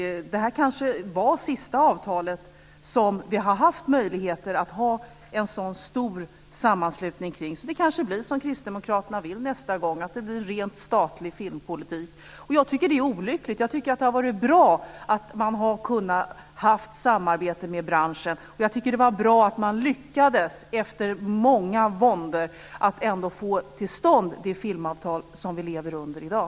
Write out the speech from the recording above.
Det här kanske var det sista avtalet som vi hade möjlighet att ha en så stor sammanslutning kring. Det kanske blir som kristdemokraterna vill nästa gång, att det blir en rent statlig filmpolitik. Jag tycker att det är olyckligt. Jag tycker att det har varit bra att man har kunnat ha ett samarbete med branschen. Jag tycker att det var bra att man efter mycket vånda ändå lyckades få till stånd det filmavtal som vi lever under i dag.